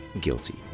guilty